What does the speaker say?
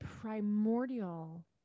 primordial